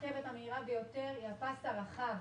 הרכבת המהירה ביותר היא הפס הרחב